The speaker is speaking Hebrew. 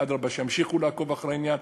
אדרבה, שימשיכו לעקוב אחרי העניין.